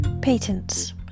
Patents